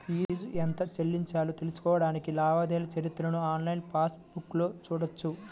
fee ఎంత చెల్లించామో తెలుసుకోడానికి లావాదేవీల చరిత్రను ఆన్లైన్ పాస్ బుక్లో చూడొచ్చు